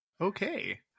Okay